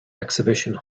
exhibition